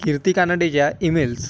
कीर्ती कानडेच्या ईमेल्स